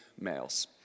males